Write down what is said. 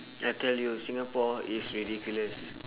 I tell you singapore is ridiculous